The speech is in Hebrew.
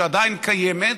שעדיין קיימת,